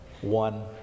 one